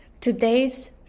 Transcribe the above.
today's